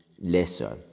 lesser